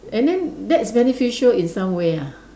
and then that's beneficial in some way ah